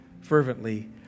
fervently